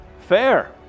Fair